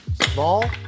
Small